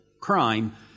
crime